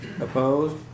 opposed